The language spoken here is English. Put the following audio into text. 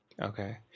Okay